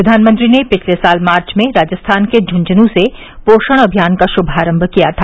प्रधानमंत्री ने पिछले साल मार्च में राजस्थान के झुंझनू से पोषण अभियान का शुभारंभ किया था